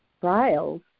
Trials